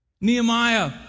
Nehemiah